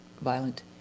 violent